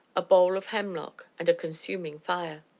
a bowl of hemlock, and a consuming fire.